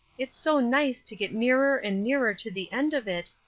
it's so nice to get nearer and nearer to the end of it,